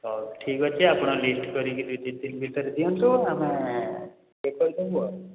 ହଉ ଠିକ୍ ଅଛି ଆପଣ ଲିଷ୍ଟ୍ କରିକି ଦୁଇ ତିନିଦିନ ଭିତରେ ଦିଅନ୍ତୁ ଆମେ ଚେକ୍ କରିଦେବୁ ଆଉ